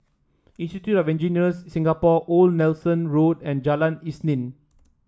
Institute of Engineers Singapore Old Nelson Road and Jalan Isnin